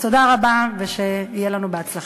אז תודה רבה, ושיהיה לנו בהצלחה.